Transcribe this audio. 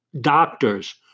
doctors